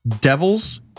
devil's